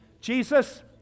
Jesus